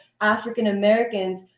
African-Americans